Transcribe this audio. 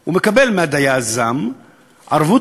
הוא מקבל מהיזם ערבות